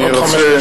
אני רוצה,